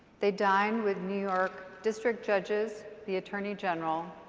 they dined with new york district judges, the attorney general,